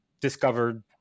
discovered